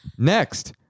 Next